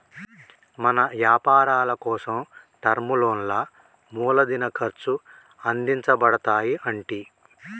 మన యపారాలకోసం టర్మ్ లోన్లా మూలదిన ఖర్చు అందించబడతాయి అంటి